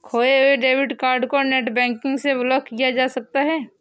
खोये हुए debit card को नेटबैंकिंग से ब्लॉक किया जा सकता है